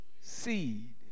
seed